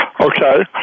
Okay